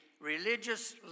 religious